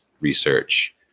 Research